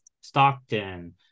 Stockton